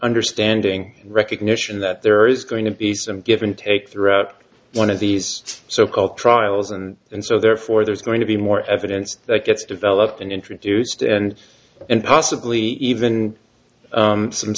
understanding recognition that there is going to be some give and take throughout one of these so called trials and and so therefore there's going to be more evidence that gets developed and introduced and and possibly even some